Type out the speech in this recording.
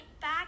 back